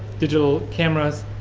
digital cameras,